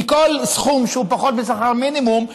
כי כל סכום שהוא פחות משכר מינימום,